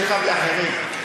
שיכאב לאחרים.